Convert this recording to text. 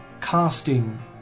casting